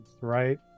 right